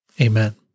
Amen